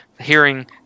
hearing